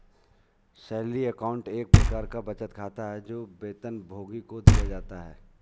salary account एक प्रकार का बचत खाता है, जो वेतनभोगी को दिया जाता है